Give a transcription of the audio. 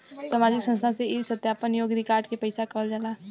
सामाजिक संस्था से ई सत्यापन योग्य रिकॉर्ड के पैसा कहल जाला